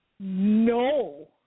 No